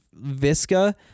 Visca